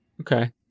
Okay